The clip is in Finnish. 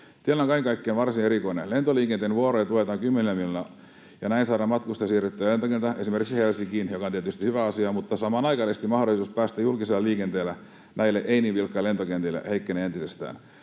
on kaiken kaikkiaan varsin erikoinen: lentoliikenteen vuoroja tuetaan kymmenillä miljoonilla, ja näin saadaan matkustajia siirrettyä lentokentälle esimerkiksi Helsinkiin, mikä on tietysti hyvä asia, mutta samanaikaisesti mahdollisuus päästä julkisella liikenteellä näille ei niin vilkkaille lentokentille heikkenee entisestään.